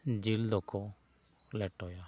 ᱡᱤᱞ ᱫᱚᱠᱚ ᱞᱮᱴᱚᱭᱟ